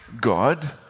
God